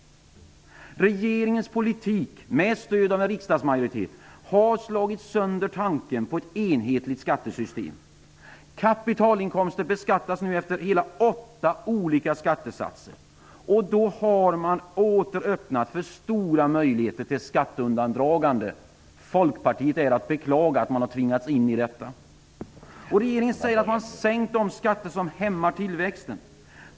Regeringens politik, med stöd av en riksdagsmajoritet, har slagit sönder tanken på ett enhetligt skattesystem. Kapitalinkomster beskattas nu efter hela åtta olika skattesatser. Därigenom har man åter öppnat för stora möjligheter till skatteundandragande. Det är att beklaga att Folkpartiet har tvingats in i detta. Regeringen säger att de har sänkt de skatter som hämmar tillväxten.